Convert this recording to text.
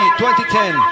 2010